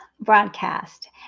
broadcast